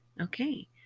okay